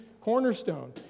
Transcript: cornerstone